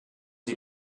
sie